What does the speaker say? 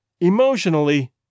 emotionally